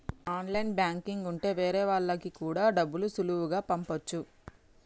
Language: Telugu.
ఆన్లైన్ బ్యాంకింగ్ ఉంటె వేరే వాళ్ళకి కూడా డబ్బులు సులువుగా పంపచ్చు